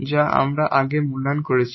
যা আমরা আগে মূল্যায়ন করেছি